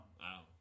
wow